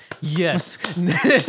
yes